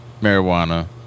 marijuana